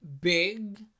big